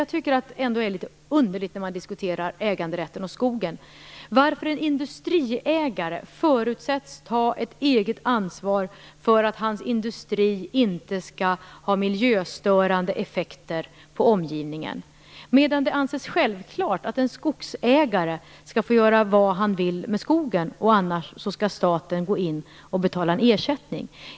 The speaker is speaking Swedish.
Jag tycker att det är litet underligt att industriägare förutsätts ta ett eget ansvar för att hans industri inte skall ha miljöstörande effekter på omgivningen, medan det anses självklart att en skogsägare skall få göra vad han vill med skogen, annars skall staten betala en ersättning.